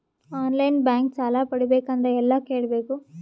On line bank ಸಾಲ ಪಡಿಬೇಕಂದರ ಎಲ್ಲ ಕೇಳಬೇಕು?